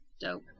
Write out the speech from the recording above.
Dope